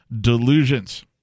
delusions